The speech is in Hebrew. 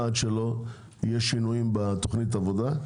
עד שלא יהיו שינויים בתוכנית העבודה.